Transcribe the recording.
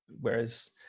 Whereas